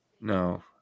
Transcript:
No